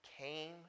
came